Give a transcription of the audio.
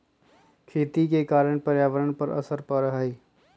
खेती के कारण पर्यावरण पर असर पड़ा हई